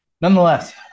Nonetheless